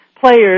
players